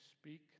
speak